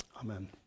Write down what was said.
amen